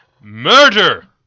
Murder